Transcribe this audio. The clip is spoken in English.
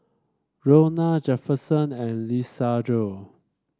Ronna Jefferson and Lisandro